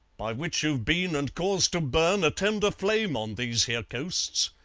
by which you've been and caused to burn a tender flame on these here coasts.